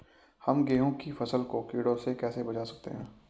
हम गेहूँ की फसल को कीड़ों से कैसे बचा सकते हैं?